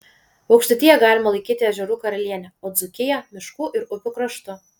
aukštaitiją galima laikyti ežerų karaliene o dzūkiją miškų ir upių kraštu